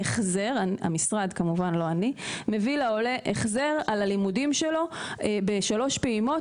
המשרד מביא לעולה החזר על הלימודים שלו בשלוש פעימות,